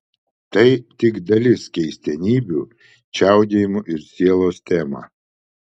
tai tik dalis keistenybių čiaudėjimo ir sielos tema